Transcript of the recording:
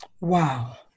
Wow